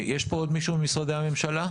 יש עוד מישהו ממשרדי הממשלה?